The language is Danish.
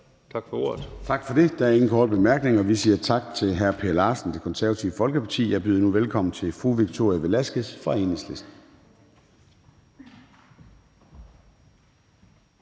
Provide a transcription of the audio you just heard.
Tak for ordet.